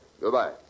Goodbye